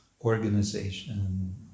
organization